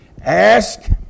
Ask